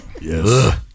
Yes